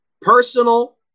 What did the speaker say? Personal